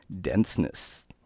denseness